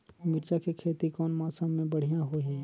मिरचा के खेती कौन मौसम मे बढ़िया होही?